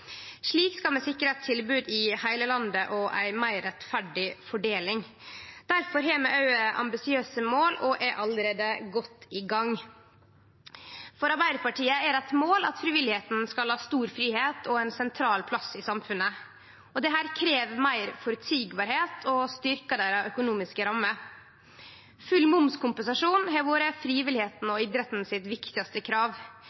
Slik skal vi sikre eit tilbod i heile landet og ei meir rettferdig fordeling. Difor har vi ambisiøse mål, og vi er allereie godt i gang. For Arbeidarpartiet er det eit mål at frivilligheita skal ha stor fridom og ein sentral plass i samfunnet. Dette krev meir føreseielegheit og styrkte økonomiske rammer. Full momskompensasjon har vore frivilligheita og idretten sitt viktigaste krav,